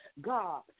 God